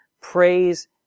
Praise